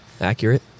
Accurate